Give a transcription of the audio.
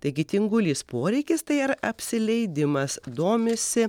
taigi tingulys poreikis tai ar apsileidimas domisi